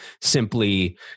simply